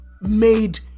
made